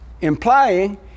Implying